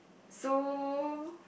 so